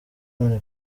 none